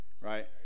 Right